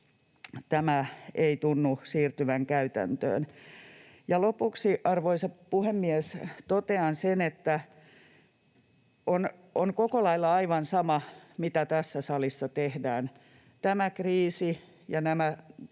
tämä ei tunnu siirtyvän käytäntöön. Ja lopuksi, arvoisa puhemies, totean sen, että on koko lailla aivan sama, mitä tässä salissa tehdään. Tämä kriisi ja nämä